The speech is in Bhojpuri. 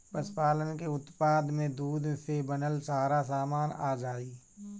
पशुपालन के उत्पाद में दूध से बनल सारा सामान आ जाई